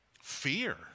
fear